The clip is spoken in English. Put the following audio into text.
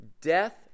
death